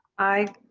i.